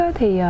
thì